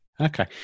Okay